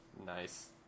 nice